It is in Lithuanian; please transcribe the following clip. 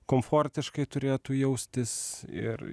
komfortiškai turėtų jaustis ir